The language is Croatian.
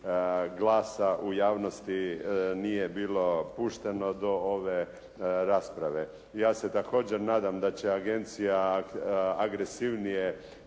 glasa u javnosti nije bilo pušteno do ove rasprave. Ja se također nadam da će agencija agresivnije